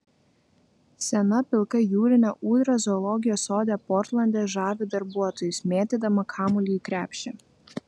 sena pilka jūrinė ūdra zoologijos sode portlande žavi darbuotojus mėtydama kamuolį į krepšį